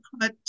put